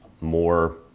more